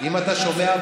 אם אתה שומע,